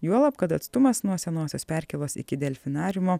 juolab kad atstumas nuo senosios perkėlos iki delfinariumo